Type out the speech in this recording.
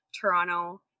Toronto